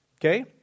Okay